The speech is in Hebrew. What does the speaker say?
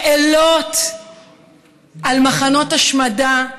שאלות על מחנות השמדה,